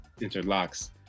interlocks